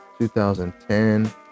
2010